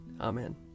Amen